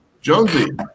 Jonesy